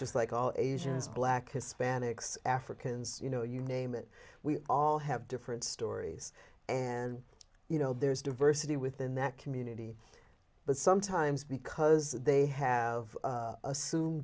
just like all asians blacks hispanics africans you know you name it we all have different stories and you know there's diversity within that community but sometimes because they have